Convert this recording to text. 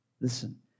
Listen